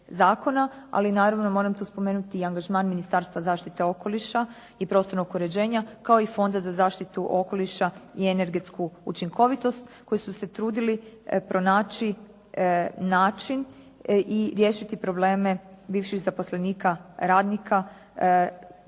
Ali naravno moram tu spomenuti i angažman Ministarstva zaštite okoliša i prostornog uređenja kao i Fonda za zaštitu okoliša i energetsku učinkovitost koji su se trudili pronaći način i riješiti probleme bivših zaposlenika, radnika